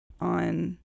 on